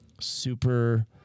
super